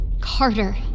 Carter